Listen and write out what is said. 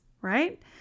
right